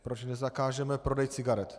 Proč nezakážeme prodej cigaret?